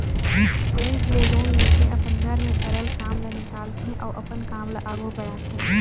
bank ले loan लेके अपन घर में परल काम ल निकालथे अउ अपन काम ल आघु बढ़ाथे